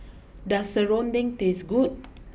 does Serunding taste good